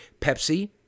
Pepsi